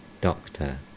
Doctor